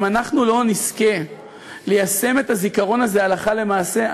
אם אנחנו לא נזכה ליישם את הזיכרון הזה הלכה למעשה,